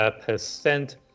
percent